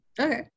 Okay